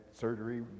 surgery